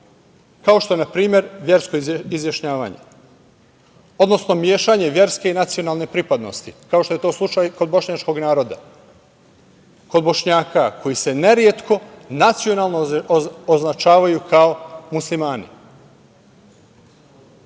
kao što je na primer versko izjašnjavanje, odnosno mešanje verske i nacionalne pripadnosti, kao što je to slučaj kod bošnjačkog naroda, kod Bošnjaka, koji se neretko nacionalno označavaju kao Muslimani.U